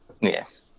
Yes